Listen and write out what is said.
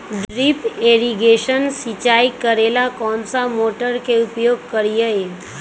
Drip irrigation सिंचाई करेला कौन सा मोटर के उपयोग करियई?